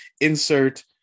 insert